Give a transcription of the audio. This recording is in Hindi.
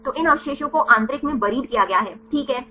तो इन अवशेषों को आंतरिक में बरीद किया गया है ठीक है